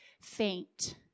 faint